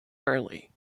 early